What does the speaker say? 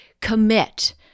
commit